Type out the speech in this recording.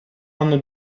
anno